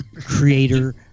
creator